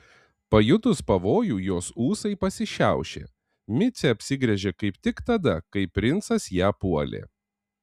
pajutus pavojų jos ūsai pasišiaušė micė apsigręžė kaip tik tada kai princas ją puolė